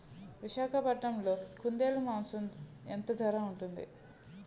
విశాఖపట్నంలో కుందేలు మాంసం ఎంత ధర ఉంటుంది?